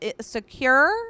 secure